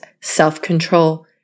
self-control